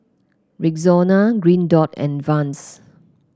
Rexona Green Dot and Vans